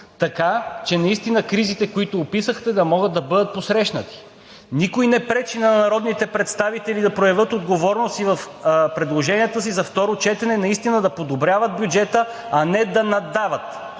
така че наистина кризите, които описахте, да могат да бъдат посрещнати. Никой не пречи на народните представители да проявят отговорност и в предложенията си за второ четене наистина да подобряват бюджета, а не да наддават.